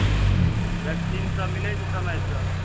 वैक्सिनसभ मिलै छै समयसँ